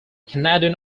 canadian